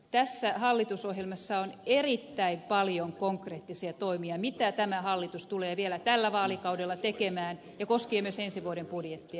tässä hallitusohjelmassa on erittäin paljon konkreettisia toimia mitä tämä hallitus tulee vielä tällä vaalikaudella tekemään ja se koskee myös ensi vuoden budjettia